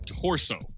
torso